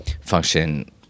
function